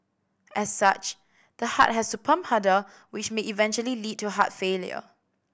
as such the heart has to pump harder which may eventually lead to heart failure